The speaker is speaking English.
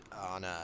on